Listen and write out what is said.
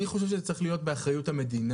אני חושב שזה צריך להיות באחריות המדינה,